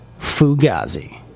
fugazi